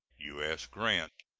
u s. grant.